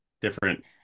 different